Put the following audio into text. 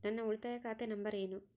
ನನ್ನ ಉಳಿತಾಯ ಖಾತೆ ನಂಬರ್ ಏನು?